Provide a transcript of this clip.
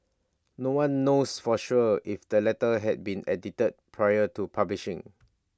no one knows for sure if the letter had been edited prior to publishing